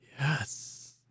Yes